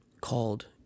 called